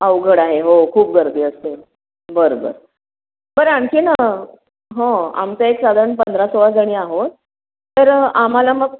अवघड आहे हो खूप गर्दी असते बरं बरं बरं आणखी न हो आमच एक साधारण पंधरा सोळा जणी आहोत तर आम्हाला मग